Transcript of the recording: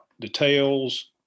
details